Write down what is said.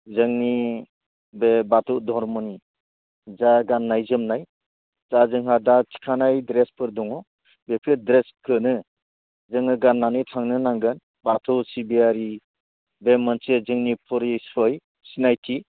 जोंनि बे बाथौ धर्मनि जा गाननाय जोमनाय जा जोङो दा थिखानाय द्रेसफोर दङ बेफोर द्रेसखोनो जोङो गाननानै थांनो नांगोन बाथौ सिबियारि बे मोनसे जोंनि परिसय सिनायथि